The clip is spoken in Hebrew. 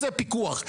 רוצה פיקוח.